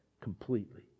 completely